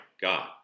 God